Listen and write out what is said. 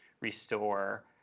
restore